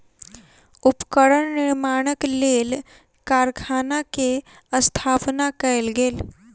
उपकरण निर्माणक लेल कारखाना के स्थापना कयल गेल